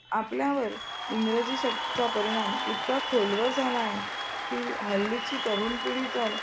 आपल्यावर इंग्रजी शब्दांचा परिणाम इतका खोलवर झाला आहे की हल्लीची तरुण पिढी तर